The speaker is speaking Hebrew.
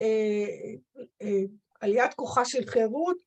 אהההמ....עליית כוחה של חירות.